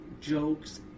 jokes